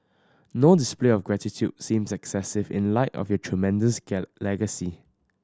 no display of gratitude seems excessive in light of your tremendous legacy